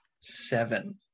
Seven